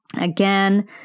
Again